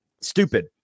Stupid